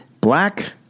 Black